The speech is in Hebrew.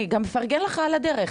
אני גם אפרגן לך על הדרך,